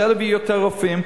אני רוצה להביא יותר רופאים,